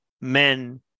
men